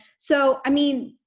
so i mean,